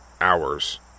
hours